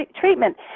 treatment